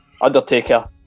Undertaker